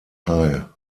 teil